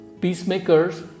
peacemakers